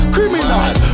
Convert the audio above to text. Criminal